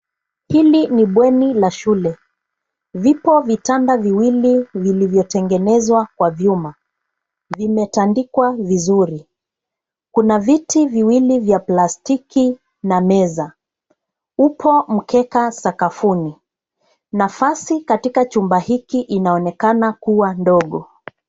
Hiki ni bweni la shule. Vipo vitanda viwili vilivyotengenezwa kwa vyuma. Vimetandikwa vizuri. Kuna viti viwili vya plastiki na meza. Upo mkeka sakafuni. Nafasi katika chumba hiki inaonekana kuwa ndogo.